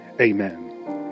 Amen